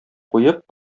куеп